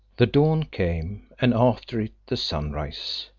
the dawn came, and, after it, the sunrise.